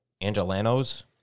Angelanos